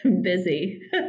busy